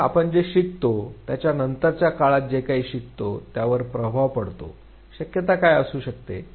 तर मग आपण जे शिकतो त्याचा नंतरच्या काळात जे काही शिकतो त्यावर प्रभाव पडतो शक्यता काय असू शकते